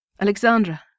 Alexandra